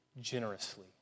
generously